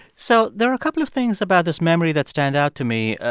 so there are a couple of things about this memory that stand out to me,